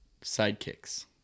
sidekicks